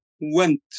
went